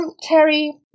Terry